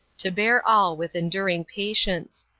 to bear all with enduring patience.